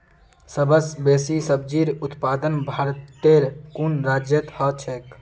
सबस बेसी सब्जिर उत्पादन भारटेर कुन राज्यत ह छेक